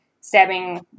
stabbing